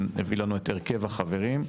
הביא לנו את הרכב החברים.